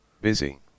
Busy